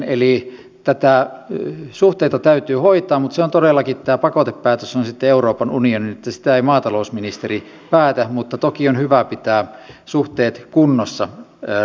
eli suhteita täytyy hoitaa mutta todellakin tämä pakotepäätös on sitten euroopan unionin päätös sitä ei maatalousministeri päätä mutta toki on hyvä pitää suhteet kunnossa naapuriin